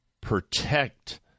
protect